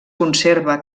conserva